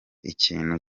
ikintu